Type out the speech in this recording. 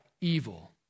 evil